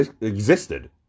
existed